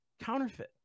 counterfeit